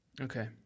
Okay